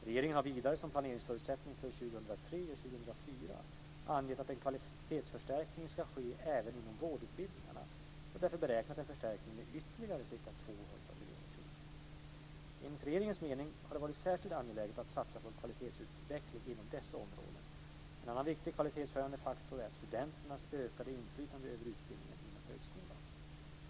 Regeringen har vidare som planeringsförutsättning för 2003 och 2004 angett att en kvalitetsförstärkning ska ske även inom vårdutbildningarna och därför beräknat en förstärkning med ytterligare ca 200 miljoner kronor. Enligt regeringens mening har det varit särskilt angeläget att satsa på en kvalitetsutveckling inom dessa områden. En annan viktig kvalitetshöjande faktor är studenternas ökade inflytande över utbildningen inom högskolan.